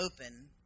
open